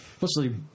Mostly